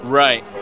right